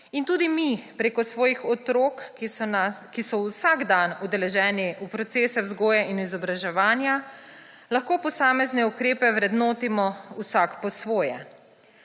in tudi mi prek svojih otrok, ki so vsak dan udeleženi v procesih vzgoje in izobraževanja, lahko posamezne ukrepe vrednotimo vsak po svoje.